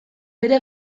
bere